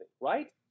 right